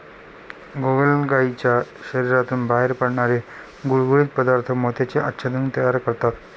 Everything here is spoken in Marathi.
गोगलगायीच्या शरीरातून बाहेर पडणारे गुळगुळीत पदार्थ मोत्याचे आच्छादन तयार करतात